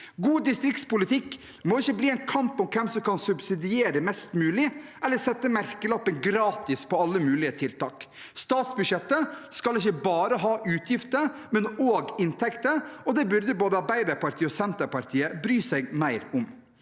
God distriktspolitikk må ikke bli en kamp om hvem som kan subsidiere mest mulig eller sette merkelappen «gratis» på alle mulige tiltak. Statsbudsjettet skal ikke bare ha utgifter, men også inntekter. Det burde både Arbeiderpartiet og Senterpartiet bry seg mer om.